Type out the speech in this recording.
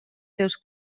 seus